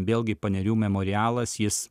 vėlgi panerių memorialas jis